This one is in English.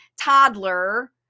toddler